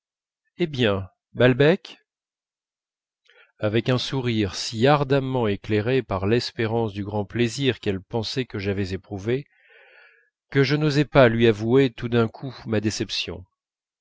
eh bien balbec avec un sourire si ardemment éclairé par l'espérance du grand plaisir qu'elle pensait que j'avais éprouvé que je n'osai pas lui avouer tout d'un coup ma déception